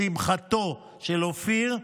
לשמחתו של אופיר,